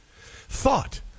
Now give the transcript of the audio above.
thought